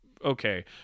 okay